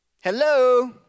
Hello